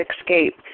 escape